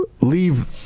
leave